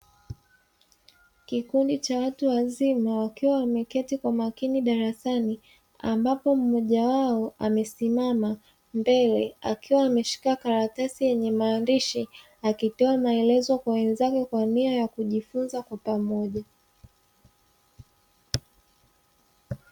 Kikundi cha watu wazima wakiwa wameketi kwa makini darasani, ambapo mmoja wao amesimama mbele akiwa ameshika karatasi yenye maandishi, akitoa maelekezo kwa wenzake kawa nia ya kujifunza kwa pamoja.